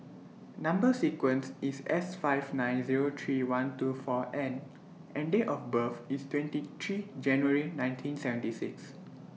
Number sequence IS S five nine Zero three one two four N and Date of birth IS twenty three January nineteen seventy six